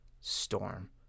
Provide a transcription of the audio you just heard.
storm